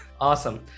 Awesome